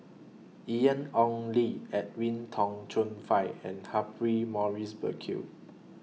Ian Ong Li Edwin Tong Chun Fai and Humphrey Morrison Burkill